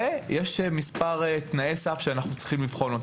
ויש מספר תנאי סף שאנחנו צריכים לבחון.